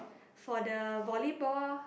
for the volleyball